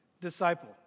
disciple